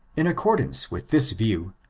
in accordance with this view,